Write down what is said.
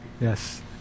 Yes